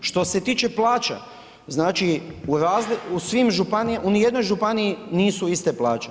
Što se tiče plaća, znači u svim županijama, u nijednoj županiji nisu iste plaće.